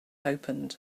opened